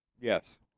Yes